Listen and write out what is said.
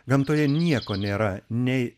gamtoje nieko nėra nei